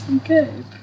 Okay